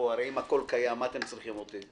הרי אם הכול קיים אז לשם מה אתם צריכים אותי?